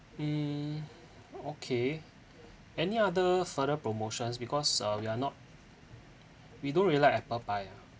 mm okay any other further promotions because uh we are not we don't really like apple pie ah